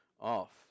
off